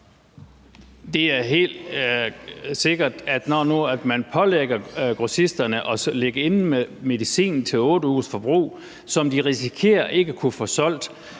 Det er helt sikkert, at når man nu pålægger grossisterne at ligge inde med medicin til 8 ugers forbrug, som de risikerer ikke at kunne få solgt,